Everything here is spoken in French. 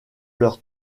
leur